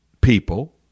people